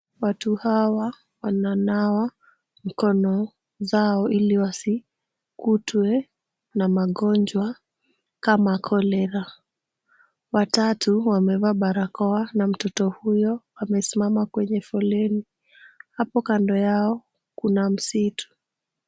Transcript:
Watu hawa wananawa mkono zao ili wasikutwe na magonjwa kama cholera. Wa tatu amevaa barakoa na mtoto huyo amesimama kwenye foleni. Hapo kando yao kuna msitu.